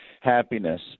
happiness